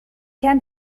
can